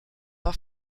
war